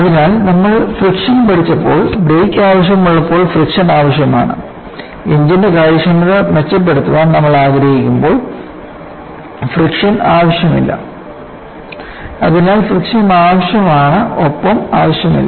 അതിനാൽ നമ്മൾ ഫ്രിക്ഷൻ പഠിച്ചപ്പോൾ ബ്രേക്ക് ആവശ്യമുള്ളപ്പോൾ ഫ്രിക്ഷൻ ആവശ്യമാണ് എഞ്ചിന്റെ കാര്യക്ഷമത മെച്ചപ്പെടുത്താൻ നമ്മൾ ആഗ്രഹിക്കുമ്പോൾ ഫ്രിക്ഷൻ ആവശ്യമില്ല അതിനാൽ ഫ്രിക്ഷൻ ആവശ്യമാണ് ഒപ്പം ആവശ്യമില്ല